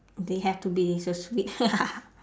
they have to be so sweet